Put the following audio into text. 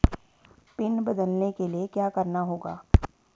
Pin बदलने के लिए क्या करना होगा?